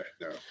no